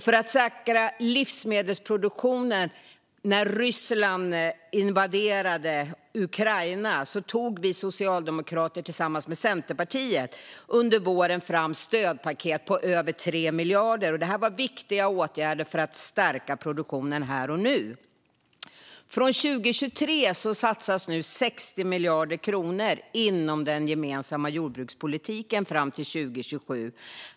För att säkra livsmedelsproduktionen när Ryssland invaderade Ukraina tog vi socialdemokrater, tillsammans med Centerpartiet, under våren fram stödpaket på över 3 miljarder. Det var viktiga åtgärder för att stärka produktionen här och nu. Från 2023 satsas nu 60 miljarder kronor inom den gemensamma jordbrukspolitiken fram till 2027.